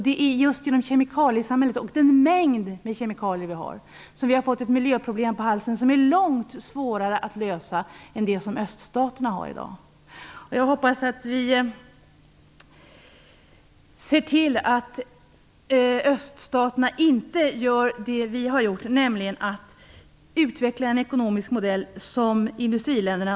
Det är just genom kemikaliesamhället och den mängd med kemikalier vi har som vi har fått ett miljöproblem på halsen som är långt svårare att lösa än det som öststaterna har i dag. Jag hoppas att vi ser till att öststaterna inte gör det vi har gjort, nämligen att utveckla samma ekonomiska modell som industriländerna.